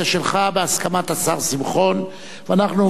השר שמחון, של